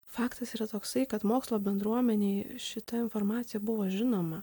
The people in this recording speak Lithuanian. faktas yra toksai kad mokslo bendruomenei šita informacija buvo žinoma